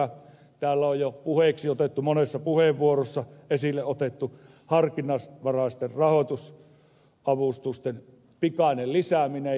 täällä on jo otettu monessa puheenvuorossa esille harkinnanvaraisten rahoitusavustusten pikainen lisääminen